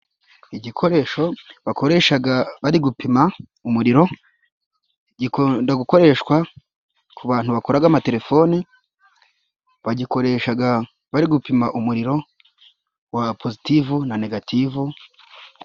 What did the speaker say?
Igikoresho bakoreshaga bari gupima umuriro, gikunda gukoreshwa ku bantu bakoraga amatelefoni, bagikoreshaga bari gupima umuriro wa positivu na negativu.